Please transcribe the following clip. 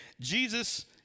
Jesus